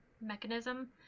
mechanism